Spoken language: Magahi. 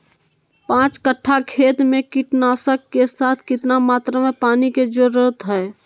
पांच कट्ठा खेत में कीटनाशक के साथ कितना मात्रा में पानी के जरूरत है?